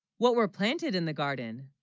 what were planted in the garden